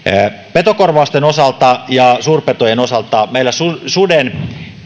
petokorvausten osalta ja suurpetojen osalta meillä suden suden